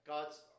God's